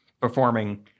performing